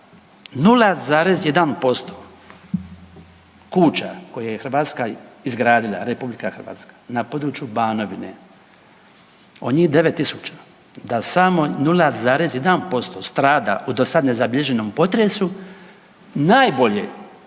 0,1% kuća koje je Hrvatska izgradila, na području Banovine, od njih 9 tisuća, da samo 0,1% strada u dosad nezabilježenom potresu, najbolje,